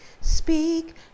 speak